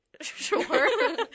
Sure